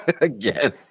Again